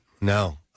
No